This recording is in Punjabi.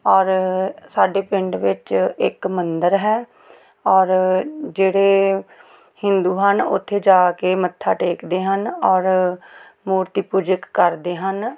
ਔਰ ਸਾਡੇ ਪਿੰਡ ਵਿੱਚ ਇੱਕ ਮੰਦਰ ਹੈ ਔਰ ਜਿਹੜੇ ਹਿੰਦੂ ਹਨ ਉੱਥੇ ਜਾ ਕੇ ਮੱਥਾ ਟੇਕਦੇ ਹਨ ਔਰ ਮੂਰਤੀ ਪੂਜਾ ਕਰਦੇ ਹਨ